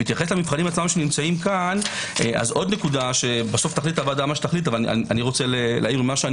בהתייחס למבחנים שנמצאים כאן - אני רוצה להעיר ממה שאני